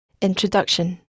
Introduction